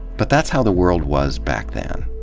but that's how the world was back then.